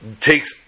takes